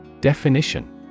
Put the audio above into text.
Definition